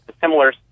similar